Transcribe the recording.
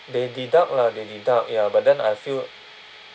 they deduct lah they deduct ya but then I feel